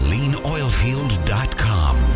LeanOilField.com